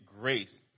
grace